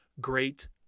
great